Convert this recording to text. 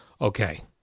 okay